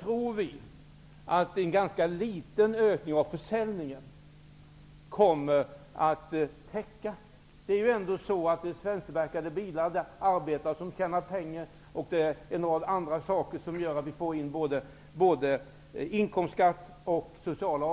kommer att täckas av en liten del av försäljningen. En rad orsaker bidrar till att vi får in både inkomstskatt och sociala avgifter, eftersom det handlar om svensktillverkade bilar och arbetstagare som tjänar pengar.